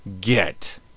get